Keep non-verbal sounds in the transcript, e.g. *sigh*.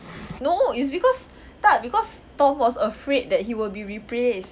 *breath* no it's because tak because tom was afraid that he will be replaced